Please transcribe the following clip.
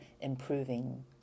improving